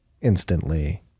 instantly